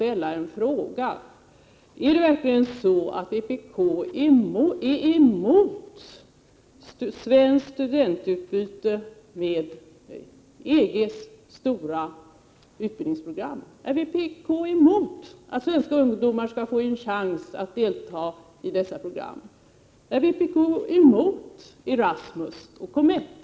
Är vpk verkligen emot svenskt studentutbyte inom EG:s stora utbildningsprogram? Är vpk emot att svenska ungdomar skall få en chans att delta i dessa program? Är vpk emot Erasmus och COMETT?